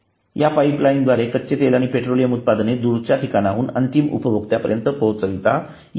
या पाइपलाइन कच्चे तेल आणि पेट्रोलियम उत्पादने दूरच्या ठिकाणाहून अंतिम उपभोक्त्यापर्यंत पोहोचवितात